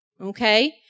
Okay